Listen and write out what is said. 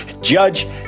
Judge